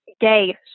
gay